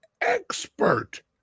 expert